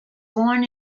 born